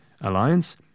alliance